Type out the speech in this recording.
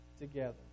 together